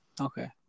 Okay